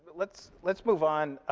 let's let's move on